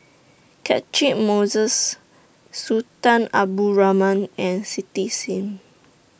Catchick Moses Sultan Abdul Rahman and Cindy SIM